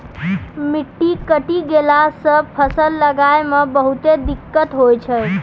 मिट्टी कटी गेला सॅ फसल लगाय मॅ बहुते दिक्कत होय छै